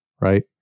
right